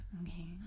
Okay